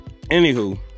anywho